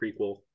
prequel